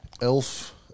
Elf